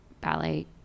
ballet